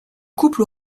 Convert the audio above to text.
couple